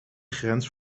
grens